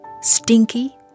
stinky